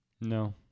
no